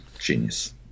Genius